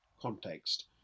context